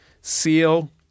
seal